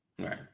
Right